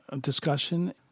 discussion